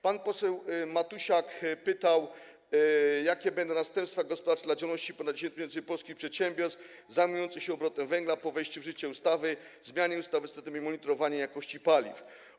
Pan poseł Matusiak pytał, jakie będą następstwa gospodarcze dla działalności ponad 10 tys. polskich przedsiębiorstw zajmujących się obrotem węglem po wejściu w życie ustawy o zmianie ustawy o systemie monitorowania jakości paliw.